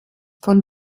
von